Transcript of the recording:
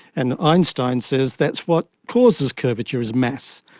and einstein says that's what causes curvature, is mass,